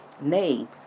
Nay